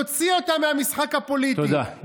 תוציא אותם מהמשחק הפוליטי, תודה.